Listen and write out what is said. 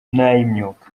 n’ay’imyuga